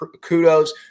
kudos